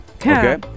Okay